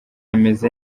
ameze